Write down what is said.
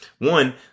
One